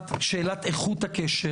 שאלת איכות הקשר.